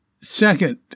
second